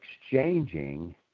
exchanging